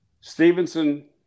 Stevenson